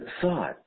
thought